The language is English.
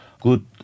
good